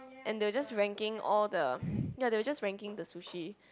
and they just ranking all the ya they are just ranking the sushi